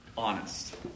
Honest